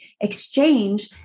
exchange